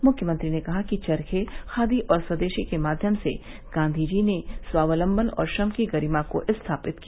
मुख्यमंत्री ने कहा कि चरखे खादी और स्वदेशी के माध्यम से गांवीजी ने स्वावलंबन और श्रम की गरिमा को स्थापित किया